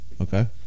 Okay